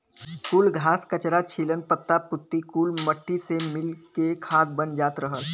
कुल घास, कचरा, छीलन, पत्ता पुत्ती कुल मट्टी से मिल के खाद बन जात रहल